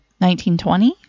1920